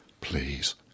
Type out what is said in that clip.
please